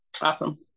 awesome